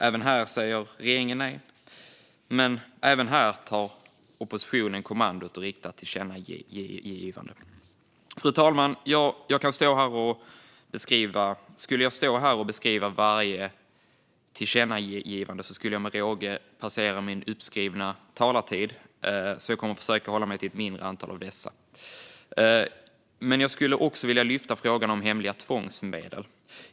Också här säger regeringen nej, men även här tar oppositionen kommandot och riktar ett tillkännagivande. Fru talman! Skulle jag stå här och beskriva varje tillkännagivande skulle jag med råge passera min uppskrivna talartid, och jag kommer därför att försöka hålla mig till ett mindre antal av dessa. Jag skulle därför också vilja lyfta upp frågan om hemliga tvångsmedel.